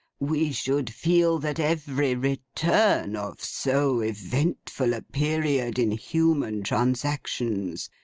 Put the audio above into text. we should feel that every return of so eventful a period in human transactions,